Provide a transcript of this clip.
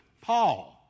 Paul